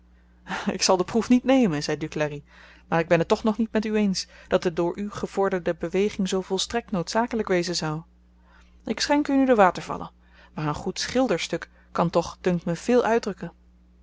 ik zal de proef niet nemen zei duclari maar ik ben het toch nog niet met u eens dat de door u gevorderde beweging zoo volstrekt noodzakelyk wezen zou ik schenk u nu de watervallen maar een goed schilderstuk kan toch dunkt me veel uitdrukken